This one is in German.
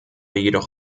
jedoch